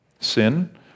Sin